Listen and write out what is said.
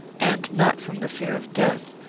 and not from the fear of death,